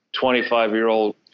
25-year-old